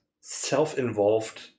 self-involved